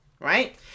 right